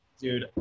Dude